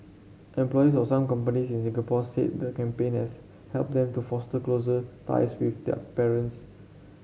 employees of some companies in Singapore said the campaign has helped them to foster closer ties with their parents